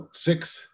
six